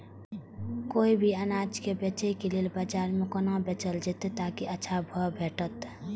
कोय भी अनाज के बेचै के लेल बाजार में कोना बेचल जाएत ताकि अच्छा भाव भेटत?